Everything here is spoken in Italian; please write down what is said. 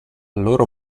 loro